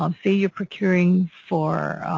um say you're procuring for